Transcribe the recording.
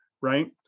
right